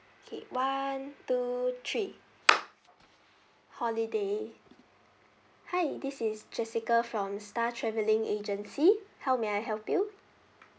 okay one two three holiday hi this is jessica from star travelling agency how may I help you